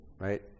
right